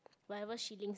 whatever shillings